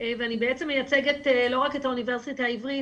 ואני מייצגת לא רק את האוניברסיטה העברית,